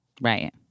Right